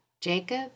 Jacob